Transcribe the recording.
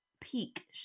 peak